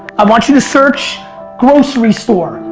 i want you to search grocery store,